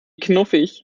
knuffig